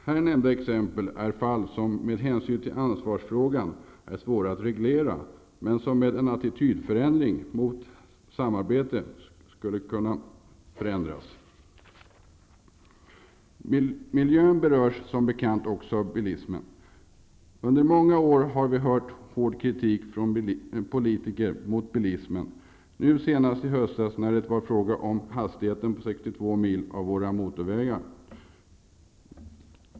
Här nämnda exempel är fall som med hänsyn till ansvarsfrågan är svår att reglera, men som med en attitydförändring mot samarbete skulle kunna förändras. Miljön berörs som bekant också av bilismen. Under många år har vi hört hård kritik från politiker mot bilismen, nu senast i höstas när det var fråga om hastigheten på 62 mil av våra motorvägar.